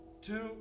two